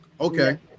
okay